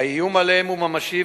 האיום עליהם הוא ממשי,